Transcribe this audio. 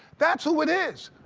that's who it is.